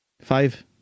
Five